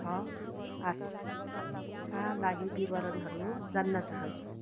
छ आठका लागि विवरणहरू जान्न चाहन्छु